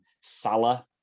Salah